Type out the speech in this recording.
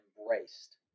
embraced